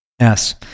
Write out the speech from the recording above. Yes